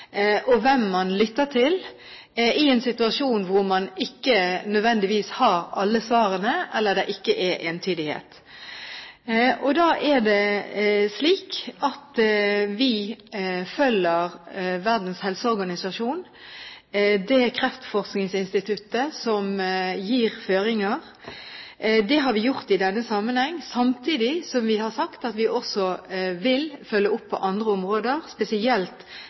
og hvem man lytter til, i en situasjon hvor man ikke nødvendigvis har alle svarene, eller det ikke er entydighet. Da er det slik at vi følger Verdens helseorganisasjons kreftforskningsinstitutt, som gir føringer. Det har vi gjort i denne sammenheng, samtidig som vi har sagt at vi også vil følge opp på andre områder, spesielt